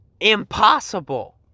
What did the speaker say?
impossible